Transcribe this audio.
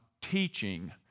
teaching